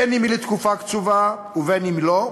בין אם היא לתקופה קצובה ובין אם לא,